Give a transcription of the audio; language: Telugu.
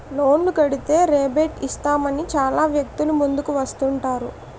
లోన్లు కడితే రేబేట్ ఇస్తామని చాలా వ్యక్తులు ముందుకు వస్తుంటారు